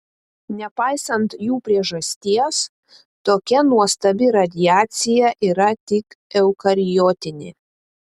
nepaisant jų priežasties tokia nuostabi radiacija yra tik eukariotinė